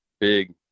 big